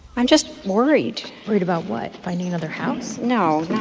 i'm just worried worried about what? finding another house? no,